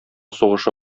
сугышы